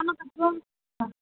ആ